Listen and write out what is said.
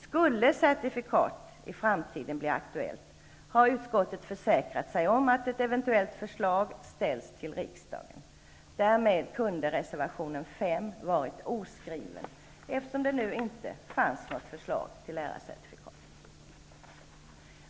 Skulle certifikat i framtiden bli aktuellt har utskottet försäkrat sig om att ett eventuellt förslag framställs till riksdagen. Därmed kunde reservation 5 ha varit oskriven, eftersom det inte fanns något förslag till lärarcertifikat.